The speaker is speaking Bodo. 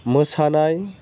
मोसानाय